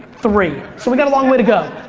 three, so we got a long way to go.